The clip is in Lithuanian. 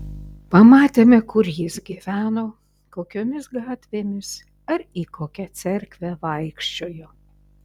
pamatėme kur jis gyveno kokiomis gatvėmis ar į kokią cerkvę vaikščiojo